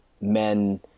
men